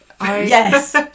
yes